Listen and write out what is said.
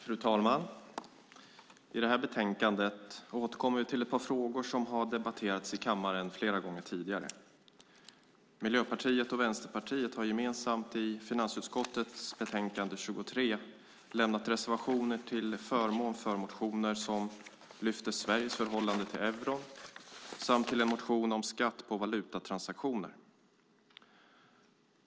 Fru talman! I detta betänkande återkommer vi till ett par frågor som har debatterats i kammaren flera gånger tidigare. Miljöpartiet och Vänsterpartiet har gemensamt i finansutskottets betänkande 23 lämnat reservationer till förmån för motioner som lyfter fram Sveriges förhållande till euron samt till en motion om skatt på valutatransaktioner.